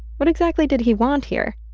what exactly did he want here?